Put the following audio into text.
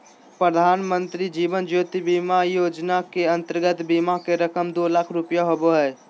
प्रधानमंत्री जीवन ज्योति बीमा योजना के अंतर्गत बीमा के रकम दो लाख रुपया होबो हइ